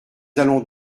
allons